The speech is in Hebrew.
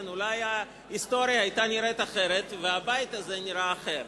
אולי ההיסטוריה היתה נראית אחרת והבית הזה נראה אחר.